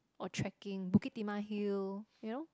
or trekking Bukit-Timah hill you know